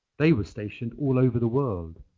they were stationed all over the world,